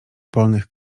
polnych